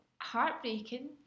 heartbreaking